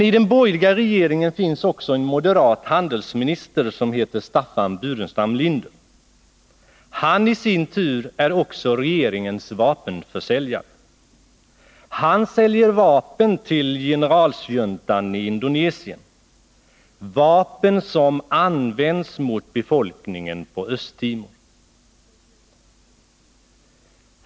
I den borgerliga regeringen finns emellertid också en moderat handelsminister som heter Staffan Burenstam Linder. Han är också regeringens vapenförsäljare. Han säljer vapen till generalsjuntan i Indonesien, vapen som används mot befolkningen på Östtimor.